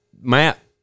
Matt